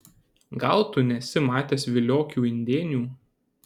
gal tu nesi matęs viliokių indėnių